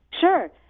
Sure